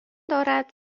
دارد